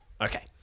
Okay